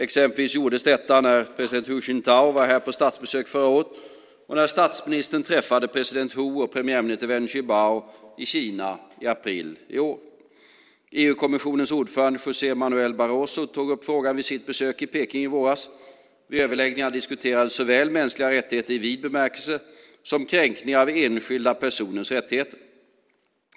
Exempelvis gjordes detta när president Hu Jintao var här på statsbesök förra året och när statsministern träffade president Hu och premiärminister Wen Jiabao i Kina i april i år. EU-kommissionens ordförande José Manuel Barroso tog upp frågan vid sitt besök i Peking i våras. Vid överläggningarna diskuterades såväl mänskliga rättigheter i vid bemärkelse som kränkningar av enskilda personers rättigheter.